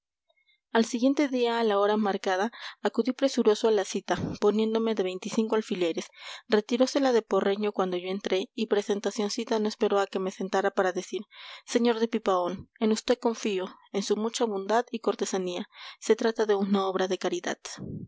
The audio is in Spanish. al siguiente día a la hora marcada acudí presuroso a la cita poniéndome de veinticinco alfileres retirose la de porreño cuando yo entré y presentacioncita no esperó a que me sentara para decir sr de pipaón en vd confío en su mucha bondad y cortesanía se trata de una obra de caridad